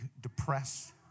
depressed